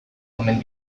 omen